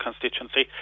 constituency